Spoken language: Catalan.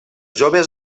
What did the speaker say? joves